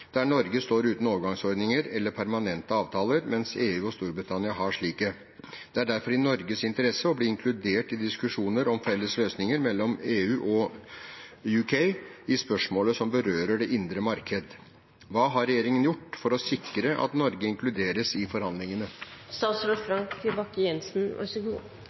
er derfor i Norges interesse å bli inkludert i diskusjoner om felles løsninger mellom EU og Storbritannia i spørsmål som berører det indre marked. Hva har regjeringen gjort for å sikre at Norge inkluderes i forhandlingene?»